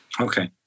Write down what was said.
Okay